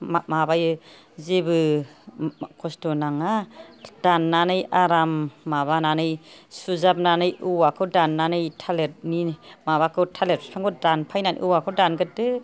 माबायो जेबो खस्थ' नाङा दाननानै आराम माबानानै सुजाबनानै औवाखौ दाननानै थालिरनि माबाखौ थालिर बिफांखौ दानफायनानै औवाखौ दानग्रोदो